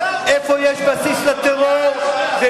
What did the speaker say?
איפה יש בסיס לטרור ומי,